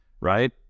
right